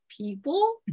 people